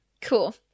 Cool